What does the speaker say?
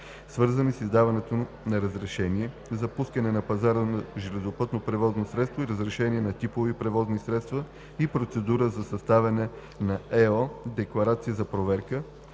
свързани с издаването на разрешение за пускане на пазара на железопътно превозно средство и разрешение за типове превозни средства и процедура за съставяне на ЕО декларация за проверка,